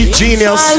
genius